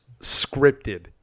scripted